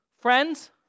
Friends